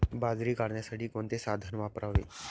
बाजरी काढण्यासाठी कोणते साधन वापरावे?